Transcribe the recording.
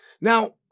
Now